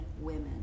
women